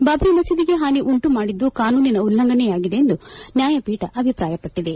ಬಾಬ್ರಿ ಮಸೀದಿಗೆ ಹಾನಿ ಉಂಟುಮಾಡಿದ್ದು ಕಾನೂನಿನ ಉಲ್ಲಂಘನೆಯಾಗಿದೆ ಎಂದು ನ್ನಾಯಪೀಠ ಅಭಿಪ್ರಾಯಪಟ್ಟದೆ